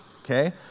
okay